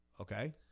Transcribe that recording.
Okay